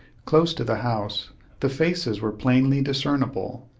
close to the house the faces were plainly discernible,